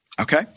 Okay